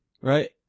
right